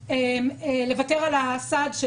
למשל על המהרשד"ם,